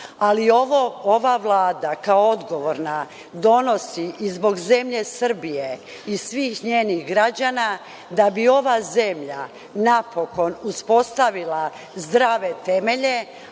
ali ova Vlada kao odgovorna donosi i zbog zemlje Srbije i svih njenih građana da bi ova zemlja napokon uspostavila zdrave temelje,